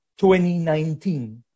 2019